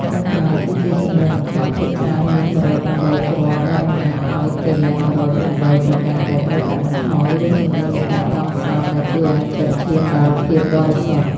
ចុងក្រោយ គឺជាចំនួនអង្កាំ ភាគច្រើនមាន ១០៨ គ្រាប់ ដែលតំណាងឱ្យកិលេស ១០៨ ប្រការដែលត្រូវកាត់បន្ថយ ឬចំនួននៃការបន់ស្រន់ ដែលជួយឱ្យចិត្តឈានដល់ភាពបរិសុទ្ធ។